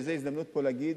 וזה הזדמנות פה להגיד,